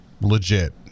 legit